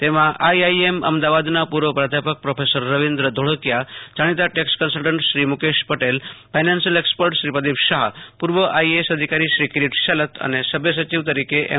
તેમાં આઈઆઈએમ અમદાવાદના પુર્વ પ્રાધ્યાપક પ્રોફેસર રવિન્દ્ર ધોળકિયા જાણીતા tax consultant Shri Mukesh Patel financial expert Shri Pradip Shah પૂર્વ આઈએએસ અધિકારી શ્રી કીરીટ શેલત અને સભય સચિવ તરીકે એમ